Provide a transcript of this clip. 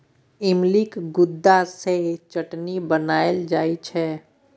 इमलीक गुद्दा सँ चटनी बनाएल जाइ छै